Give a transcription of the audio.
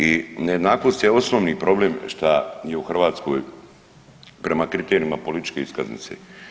I nejednakost je osnovni problem šta je u Hrvatskoj prema kriterijima političke iskaznice.